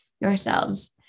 yourselves